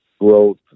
growth